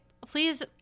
please